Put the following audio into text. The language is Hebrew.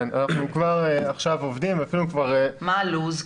כן, אנחנו כבר עכשיו עובדים ו --- מה הלו"ז?